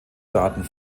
daten